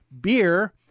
beer